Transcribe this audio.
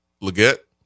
Leggett